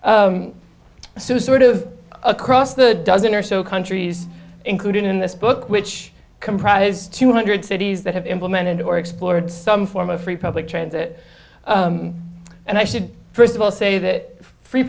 it's sort of across the dozen or so countries included in this book which comprises two hundred cities that have implemented or explored some form of free public transit and i should first of all say that free